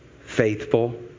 faithful